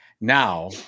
Now